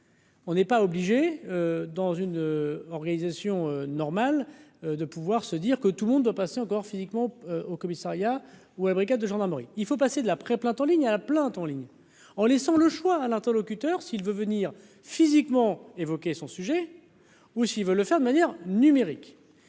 On n'est pas obligé dans une organisation normal de pouvoir se dire que tout le monde doit passer encore physiquement au commissariat ou à la brigade de gendarmerie. Il faut passer de la pré-plainte en ligne à la plainte en ligne en laissant le choix à l'interlocuteur s'il veut venir physiquement évoquer son sujet ou si il veut le faire de manière numérique